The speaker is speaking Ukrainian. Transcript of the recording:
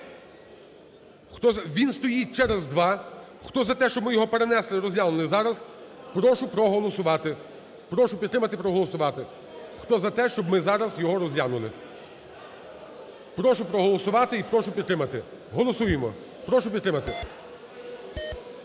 Він стоїть через два. Хто за те, щоб ми його перенесли і розглянули зараз, прошу проголосувати. Прошу підтримати, проголосувати, хто за те, щоб ми зараз його розглянули. Прошу проголосувати і прошу підтримати, голосуємо, прошу підтримати.